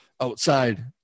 outside